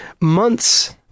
months